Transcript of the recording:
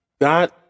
God